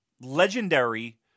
legendary